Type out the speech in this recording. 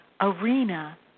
arena